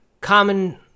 common